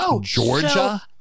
Georgia